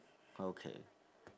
okay